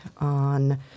on